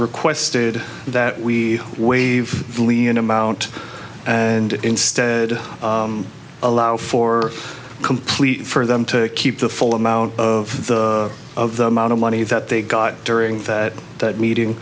requested that we waive leave an amount and instead allow for complete for them to keep the full amount of the of the amount of money that they got during that meeting